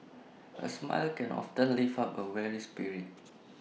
A smile can often lift up A weary spirit